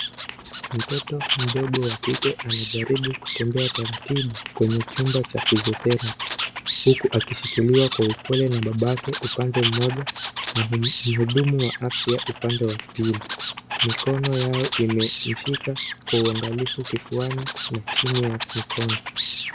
Mtoto mdogo wa kike, anajaribu kutembea taratibu kwenye chumba cha physio therapy .Huku akimshikiliwa kwa upole na babake upande mmoja, na mhudumu wa afya, upande wa pili. Mikono yao imemshika kwa uangalifu kifuani na chini ya mikono.